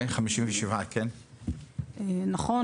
אנחנו,